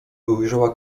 ujrzała